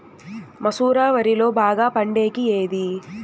మసూర వరిలో బాగా పండేకి ఏది?